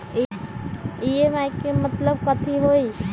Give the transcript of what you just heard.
EMI के मतलब कथी होई?